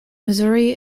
missouri